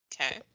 Okay